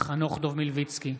חנוך דב מלביצקי,